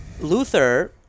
Luther